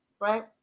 right